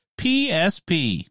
PSP